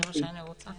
מה שאני רוצה,